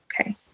Okay